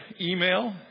email